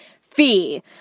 fee